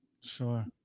Sure